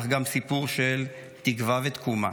אך גם סיפור של תקווה ותקומה.